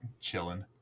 chilling